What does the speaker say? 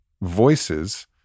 voices